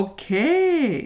Okay